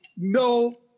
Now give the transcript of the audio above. No